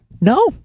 No